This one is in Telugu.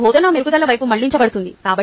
ఇది మా బోధన మెరుగుదల వైపు మళ్ళించబడుతుంది